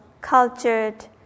cultured